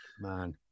Man